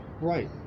Right